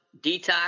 detox